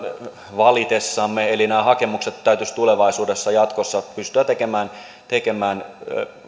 valitessamme nämä hakemukset täytyisi tulevaisuudessa jatkossa pystyä tekemään tekemään